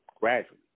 gradually